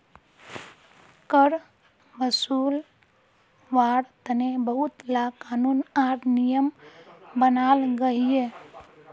कर वासूल्वार तने बहुत ला क़ानून आर नियम बनाल गहिये